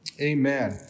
Amen